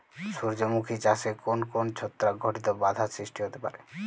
সূর্যমুখী চাষে কোন কোন ছত্রাক ঘটিত বাধা সৃষ্টি হতে পারে?